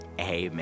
amen